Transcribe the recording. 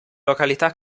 località